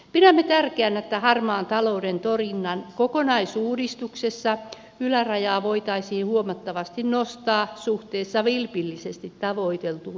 pidämme tärkeänä että harmaan talouden torjunnan kokonaisuudistuksessa ylärajaa voitaisiin huomattavasti nostaa suhteessa vilpillisesti tavoiteltuun hyötyyn